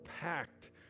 packed